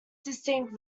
distinct